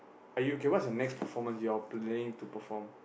are you okay what is the next performance you are planning to perform